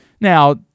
now